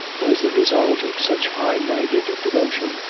was the result of such high-minded devotion,